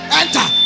enter